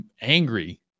angry